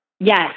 Yes